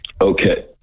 Okay